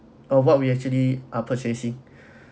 or what we actually are purchasing